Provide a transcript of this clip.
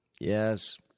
Yes